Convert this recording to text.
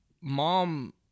Mom